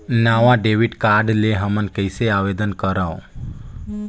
नवा debit card ले हमन कइसे आवेदन करंव?